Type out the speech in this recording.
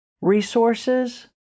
resources